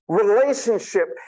relationship